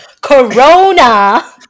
Corona